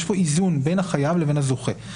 יש פה איזון בין החייב לבין הזוכה.